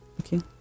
okay